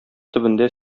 төбендә